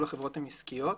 כל החברות עסקיות.